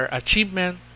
achievement